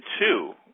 two